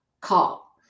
call